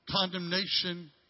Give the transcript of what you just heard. condemnation